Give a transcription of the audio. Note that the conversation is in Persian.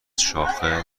شاخه